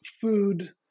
food